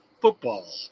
football